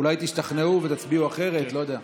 אולי תשתכנעו ותצביעו אחרת, אני לא יודע.